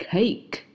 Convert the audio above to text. Cake